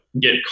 get